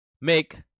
make